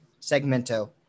segmento